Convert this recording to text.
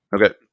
Okay